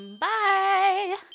Bye